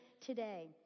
today